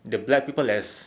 the black people as